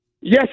Yes